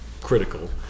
critical